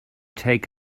take